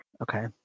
Okay